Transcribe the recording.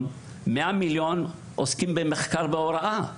הן 100 מיליון ₪- עוסקים במחקר ובהוראה.